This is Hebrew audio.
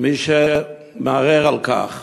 מי שמערער על כך.